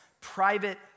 private